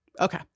Okay